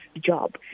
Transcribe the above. job